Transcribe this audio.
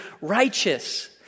righteous